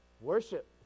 worship